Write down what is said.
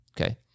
Okay